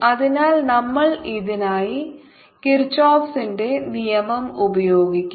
അതിനാൽ നമ്മൾ ഇതിനായി കിർചോഫിന്റെ നിയമം ഉപയോഗിക്കും